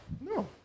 No